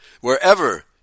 Wherever